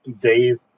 Dave